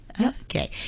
Okay